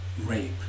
rape